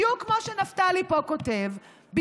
בדיוק כמו שנפתלי כותב פה,